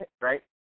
right